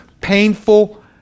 painful